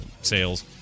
sales